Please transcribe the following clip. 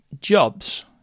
jobs